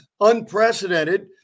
unprecedented